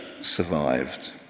survived